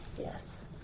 yes